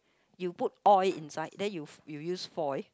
you put oil inside then you you use foil